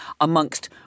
amongst